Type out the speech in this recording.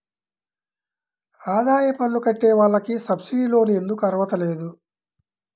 ఆదాయ పన్ను కట్టే వాళ్లకు సబ్సిడీ లోన్ ఎందుకు అర్హత లేదు?